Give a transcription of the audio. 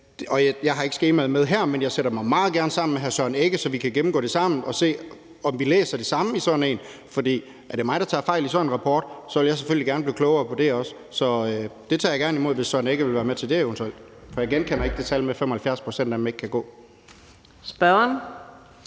Jeg har ikke skemaet med her, men jeg sætter mig meget gerne sammen med hr. Søren Egge Rasmussen, så vi kan gennemgå det sammen og se, om vi læser det samme i den. For er det mig, der tager fejl af sådan en rapport, vil jeg selvfølgelig gerne blive klogere på det også. Så det tager jeg gerne imod, hvis hr. Søren Egge Rasmussen eventuelt ville være med til det, for jeg genkender ikke det tal med, at 75 pct. af dem ikke kan gå. Kl.